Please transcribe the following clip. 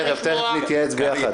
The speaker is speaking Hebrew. תיכף נתייעץ פה ביחד.